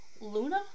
Luna